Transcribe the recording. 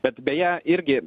bet beje irgi